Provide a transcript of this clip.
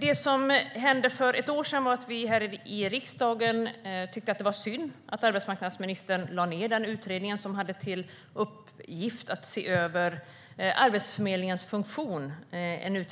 Det som hände för ett år sedan var att vi här i riksdagen tyckte att det var synd att arbetsmarknadsministern lade ned den utredning som hade till uppgift att se över Arbetsförmedlingens funktion.